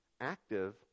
active